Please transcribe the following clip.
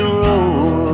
roll